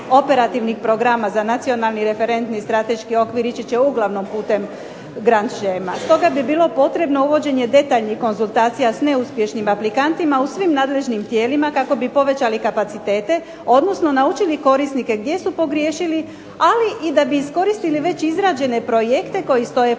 operativnih programa za nacionalni referentni strateški okvir ići će uglavnom putem grand shema, stoga bi bilo potrebno uvođenje detaljnih konzultacija s neuspješnim aplikantima u svim nadležnim tijelima, kako bi povećali kapacitete, odnosno naučili korisnike gdje su pogriješili, ali i da bi iskoristili već izrađene projekte koji stoje po